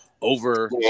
over